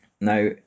Now